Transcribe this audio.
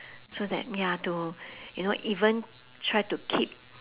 so that ya to you know even try to keep